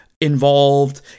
involved